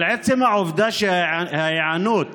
אבל עצם העובדה שההיענות